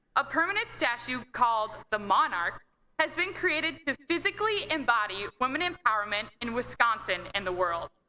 a permanent statue called the monarch has been created to physically embody women empowerment in wisconsin and the world.